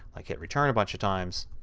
like hit return a bunch of times,